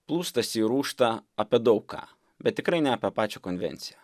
plūstasi ir ūžta apie daug ką bet tikrai ne apie pačią konvenciją